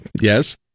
Yes